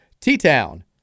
T-Town